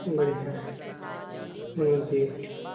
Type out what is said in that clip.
बढ़िया है